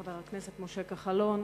חבר הכנסת משה כחלון,